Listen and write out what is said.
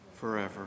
forever